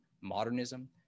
modernism